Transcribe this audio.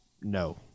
no